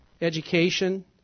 education